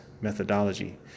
methodology